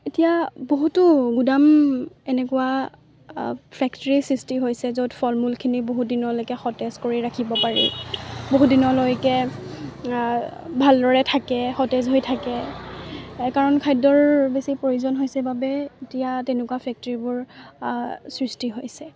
এতিয়া বহুতো গোদাম এনেকুৱা ফেক্টৰীৰ সৃষ্টি হৈছে য'ত ফল মূলখিনি বহু দিনলৈকে সতেজ কৰি ৰাখিব পাৰি বহু দিনলৈকে ভালদৰে থাকে সতেজ হৈ থাকে কাৰণ খাদ্যৰ বেছি প্ৰয়োজন হৈছে বাবে এতিয়া তেনেকুৱা ফেক্টৰীবোৰ সৃষ্টি হৈছে